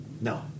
No